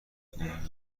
اون